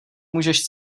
můžeš